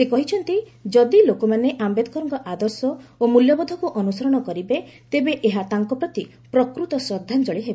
ସେ କହିଛନ୍ତି ଯଦି ଲୋକମାନେ ଆମ୍ଭେଦକରଙ୍କ ଆଦର୍ଶ ଓ ମୂଲ୍ୟବୋଧକୁ ଅନୁସରଣ କରିବେ ତେବେ ଏହା ତାଙ୍କ ପ୍ରତି ପ୍ରକୃତ ଶ୍ରଦ୍ଧାଞ୍ଜଳି ହେବ